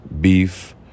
beef